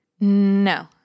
No